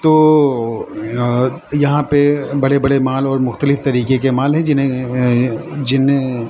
تو یہاں پہ بڑے بڑے مال اور مختلف طریقے کے مال ہیں جنہیں جنہیں